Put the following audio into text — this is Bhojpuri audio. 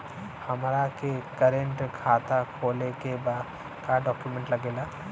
हमारा के करेंट खाता खोले के बा का डॉक्यूमेंट लागेला?